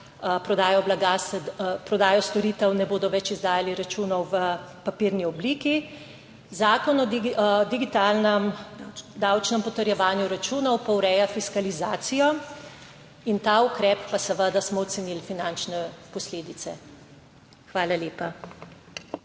prodajo storitev ne bodo več izdajali računov v papirni obliki, Zakon o digitalnem davčnem potrjevanju računov pa ureja fiskalizacijo in ta ukrep pa seveda smo ocenili finančne posledice. Hvala lepa.